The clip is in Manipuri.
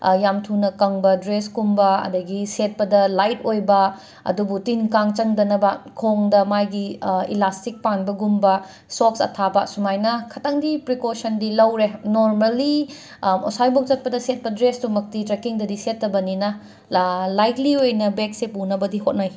ꯌꯥꯝꯅ ꯊꯨꯅ ꯀꯪꯕ ꯗ꯭ꯔꯦꯁꯀꯨꯝꯕ ꯑꯗꯒꯤ ꯁꯦꯠꯄꯗ ꯂꯥꯏꯠ ꯑꯣꯏꯕ ꯑꯗꯨꯕꯨ ꯇꯤꯟ ꯀꯥꯡ ꯆꯪꯗꯅꯕ ꯈꯣꯡꯗ ꯃꯥꯒꯤ ꯏꯂꯥꯁꯇꯤꯛ ꯄꯥꯟꯕꯒꯨꯝꯕ ꯁꯣꯛꯁ ꯑꯊꯥꯕ ꯁꯨꯃꯥꯏꯅ ꯈꯤꯇꯪꯗꯤ ꯄ꯭ꯔꯤꯀꯣꯁꯟꯗꯤ ꯂꯧꯔꯦ ꯅꯣꯔꯃꯦꯂꯤ ꯑꯁꯥꯏꯐꯥꯎ ꯆꯠꯄꯗ ꯁꯦꯠꯄ ꯗ꯭ꯔꯦꯁꯇꯨꯃꯛꯇꯤ ꯇ꯭ꯔꯦꯛꯀꯤꯡꯗꯗꯤ ꯁꯦꯠꯇꯕꯅꯤꯅ ꯂꯥ ꯂꯥꯏꯠꯂꯤ ꯑꯣꯏꯅ ꯕꯦꯛꯁꯦ ꯄꯨꯅꯕꯗꯤ ꯍꯣꯠꯅꯩ